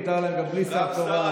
מותר להם גם בלי שר תורן.